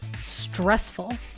stressful